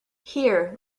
here